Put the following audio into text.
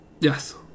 Yes